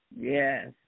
Yes